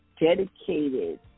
dedicated